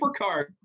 supercard